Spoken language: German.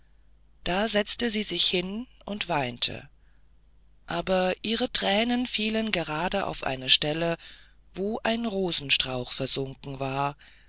da setzte sie sich hin und weinte aber ihre thränen fielen gerade auf eine stelle wo ein rosenstrauch versunken war